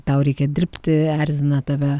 tau reikia dirbti erzina tave